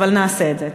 אבל נעשה את זה.